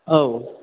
औ